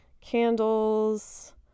candles